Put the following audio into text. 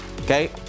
okay